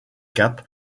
cape